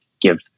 give